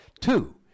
Two